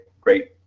great